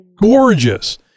gorgeous